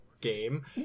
game